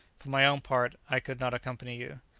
for my own part, i could not accompany you.